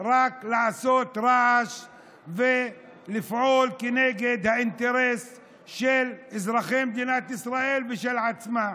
רק לעשות רעש ולפעול נגד האינטרס של אזרחי מדינת ישראל ושל עצמה.